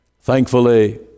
Thankfully